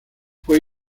fue